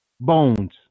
Bones